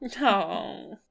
No